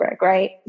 right